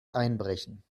einbrechen